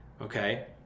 okay